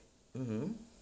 mmhmm